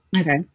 Okay